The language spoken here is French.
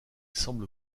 semble